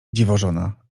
dziwożona